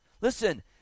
listen